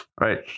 Right